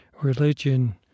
religion